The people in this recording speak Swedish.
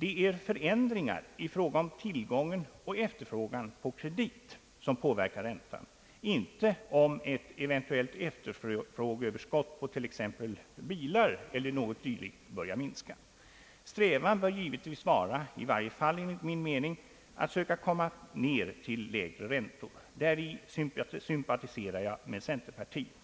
Det är förändringar i tillgången och efterfrågan på kredit som påverkar räntan, inte om ett eventuellt efterfrågeöverskott på t.ex. bilar börjar minska. Strävan bör givetvis vara, i varje fall enligt min mening, att söka komma ner till lägre räntor. Däri sympatiserar jag med centerpartiet.